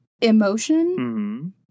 emotion